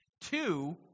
Two